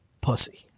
pussy